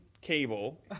cable